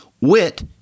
Wit